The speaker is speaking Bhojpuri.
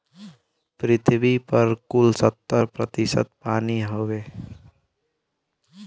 पृथ्वी पर कुल सत्तर प्रतिशत पानी हउवे